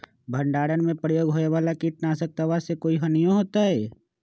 भंडारण में प्रयोग होए वाला किट नाशक दवा से कोई हानियों होतै?